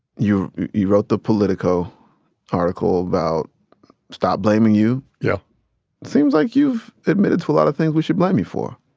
you you wrote the politico article about stop blaming you. yeah it seems like you've admitted to a lot of things we should blame you for.